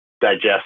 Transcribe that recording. digest